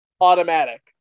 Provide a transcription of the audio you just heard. Automatic